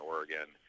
Oregon